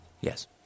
Yes